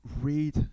read